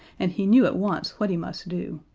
and he knew at once what he must do.